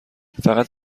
فقط